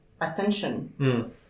attention